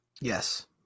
Yes